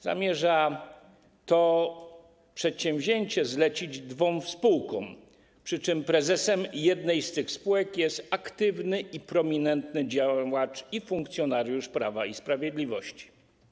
Zamierza to przedsięwzięcie zlecić dwom spółkom, przy czym prezesem jednej z tych spółek jest aktywny i prominentny działacz i funkcjonariusz Prawa i Sprawiedliwości.